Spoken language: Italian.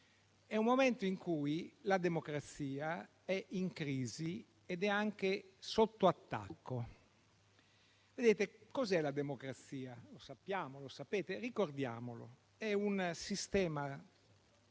è un momento in cui la democrazia è in crisi ed è anche sotto attacco. Onorevoli colleghi, cos'è la democrazia? Lo sappiamo, lo sapete, ma ricordiamolo. È un sistema